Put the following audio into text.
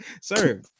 Sir